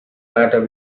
matter